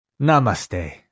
Namaste